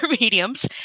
mediums